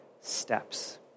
steps